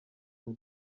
umwe